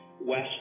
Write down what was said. west